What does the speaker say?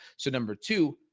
so number two,